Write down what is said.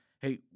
Hey